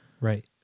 Right